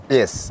Yes